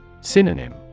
Synonym